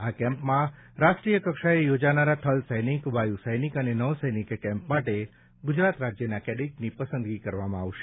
આ કેમ્પમાં રાષ્ટ્રીય કક્ષાએ યોજનારા થલ સૈનિક વાયુ સૈનિક અને નો સૈનિક કેમ્પ માટે ગુજરાત રાજ્યના કેડેટની પસંદગી કરવામાં આવશે